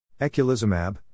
Eculizumab